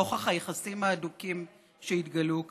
נוכח היחסים ההדוקים שהתגלו כאן,